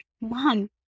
mom